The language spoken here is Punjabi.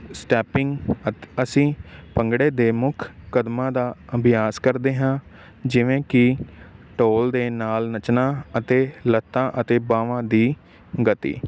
ਸਟੈਪਿੰਗ ਅਸੀਂ ਭੰਗੜੇ ਦੇ ਮੁੱਖ ਕਦਮਾਂ ਦਾ ਅਭਿਆਸ ਕਰਦੇ ਹਾਂ ਜਿਵੇਂ ਕਿ ਢੋਲ ਦੇ ਨਾਲ ਨੱਚਣਾ ਅਤੇ ਲੱਤਾਂ ਅਤੇ ਬਾਹਵਾਂ ਦੀ ਗਤੀ